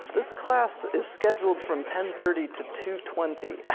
this class is scheduled from ten thirty to two twenty.